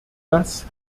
das